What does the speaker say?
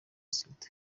sida